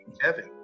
Kevin